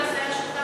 ביבס היה שותף,